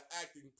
acting